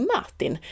Martin